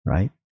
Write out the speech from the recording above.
Right